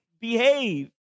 behave